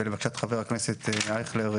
ולבקשת חבר הכנסת אייכלר,